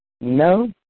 No